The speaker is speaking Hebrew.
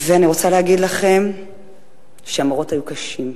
אני רוצה להגיד לכם שהמראות היו קשים,